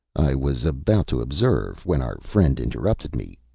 i was about to observe, when our friend interrupted me,